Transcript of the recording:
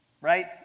right